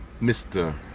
Mr